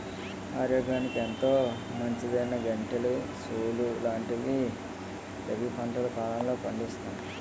ఆరోగ్యానికి ఎంతో మంచిదైనా గంటెలు, సోలు లాంటివి రబీ పంటల కాలంలో పండిస్తాం